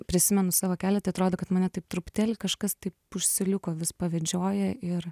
prisimenu savo kelią tai atrodo kad mane taip truputėlį kažkas taip už siūliuko vis pavedžioja ir